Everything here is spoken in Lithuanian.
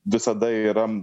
visada yra